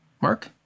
Mark